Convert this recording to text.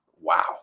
wow